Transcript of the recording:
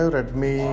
Redmi